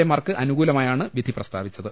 A mark അനുകൂലമായാണ് വിധി പ്രസ്താവിച്ചത്